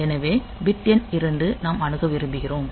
எனவே பிட் எண் 2 நாம் அணுக விரும்புகிறோம்